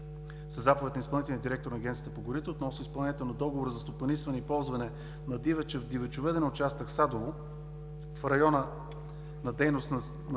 със заповед на изпълнителния директор на Агенцията по горите относно изпълнението на договора за стопанисване и ползване на дивеча в дивечовъден участък „Садово“ в района на дейност на